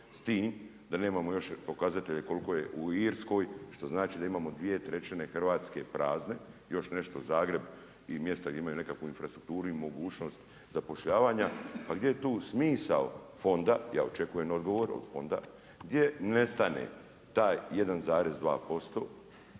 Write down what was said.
da nemamo još pokazatelje koliko je u Irskoj. Što znači da imamo 2/3 Hrvatske prazne, još nešto Zagreb i mjesta gdje imaju nekakvu infrastrukturu i mogućnost zapošljavanja. Pa gdje je tu smisao fonda. Ja očekujem odgovor od fonda. Gdje nestane taj 1,2%